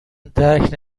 درک